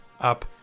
up